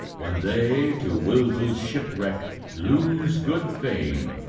when they to wilful shipwreck lose good fame,